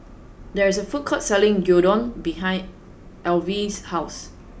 there is a food court selling Gyudon behind Alyvia's house